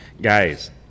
Guys